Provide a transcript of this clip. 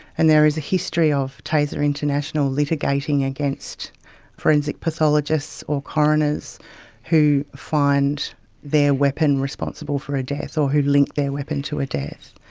and there is a history of taser international litigating against forensic pathologists or coroners who find their weapon responsible for a death or who link their weapon to a death.